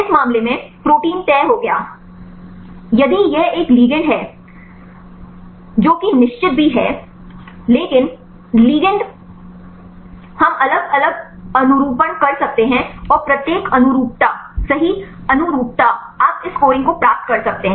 इस मामले में प्रोटीन तय हो गया है यदि यह एक लिगैंड है जो कि निश्चित भी है लेकिन लिगैंड हम अलग अलग अनुरूपण कर सकते हैं और प्रत्येक अनुरूपता सही अनुरूपता आप इस स्कोरिंग को प्राप्त कर सकते हैं